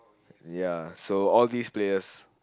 ya so all these players